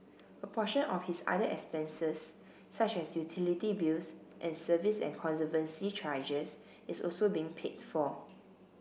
a portion of his other expenses such as utility bills and service and conservancy charges is also being paid for